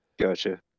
Gotcha